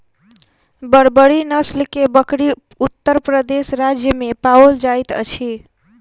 बर्बरी नस्ल के बकरी उत्तर प्रदेश राज्य में पाओल जाइत अछि